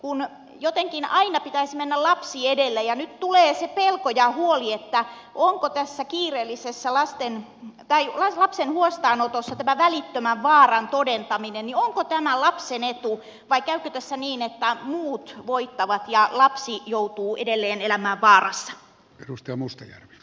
kun jotenkin aina pitäisi mennä lapsi edellä ja nyt tulee se pelko ja huoli että onko tässä kiireellisessä lapsen huostaanotossa tämä välittömän vaaran todentaminen lapsen etu vai käykö tässä niin että muut voittavat ja lapsi joutuu edelleen elämään vaarassa